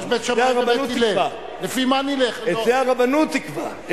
את זה הרבנות תקבע.